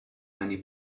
many